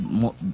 more